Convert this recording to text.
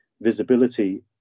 visibility